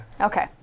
Okay